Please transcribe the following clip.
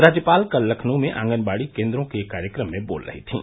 राज्यपाल कल लखनऊ में आंगनबाड़ी केन्द्रों के एक कार्यक्रम में बोल रही थीं